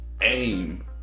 aim